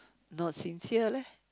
not sincere leh